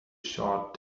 short